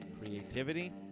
creativity